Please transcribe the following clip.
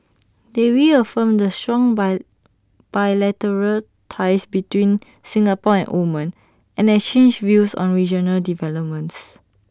they reaffirmed the strong buy bilateral ties between Singapore and Oman and exchanged views on regional developments